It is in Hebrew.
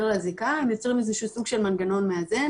על הזיקה והם מייצרים איזה שהוא סוג של מנגנון מאזן,